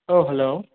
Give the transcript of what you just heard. अ hello